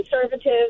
conservative